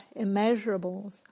immeasurables